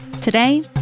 Today